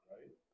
Right